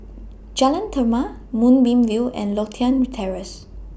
Jalan Chermai Moonbeam View and Lothian Terrace